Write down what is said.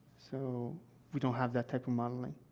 so we don't have that type of modeling.